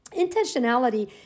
intentionality